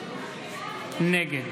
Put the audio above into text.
נגד